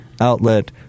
Outlet